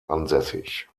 ansässig